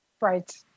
Right